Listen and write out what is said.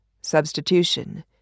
Substitution